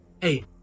hey